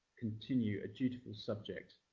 continue a dutiful subject.